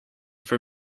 for